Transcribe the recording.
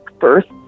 first